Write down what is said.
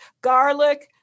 Garlic